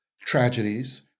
tragedies